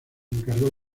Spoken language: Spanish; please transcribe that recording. encargó